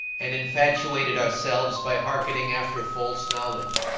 and infatuated ourselves by hearkening after false knowledge.